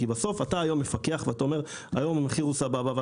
כי בסוף אתה היום מפקח ואתה אומר שהיום המחיר הוא סבבה אבל